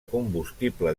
combustible